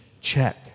check